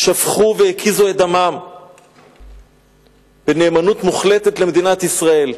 הם שפכו והקיזו את דמם בנאמנות מוחלטת למדינת ישראל.